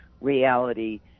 reality